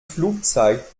flugzeit